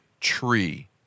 tree